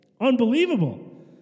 Unbelievable